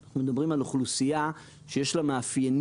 אנחנו מדברים על אוכלוסייה שיש לה מאפיינים